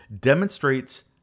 demonstrates